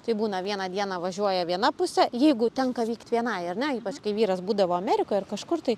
tai būna vieną dieną važiuoja viena pusė jeigu tenka vykt vienai ar ne ypač kai vyras būdavo amerikoj ar kažkur tai